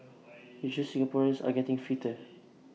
IT shows Singaporeans are getting fitter